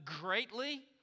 greatly